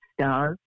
stars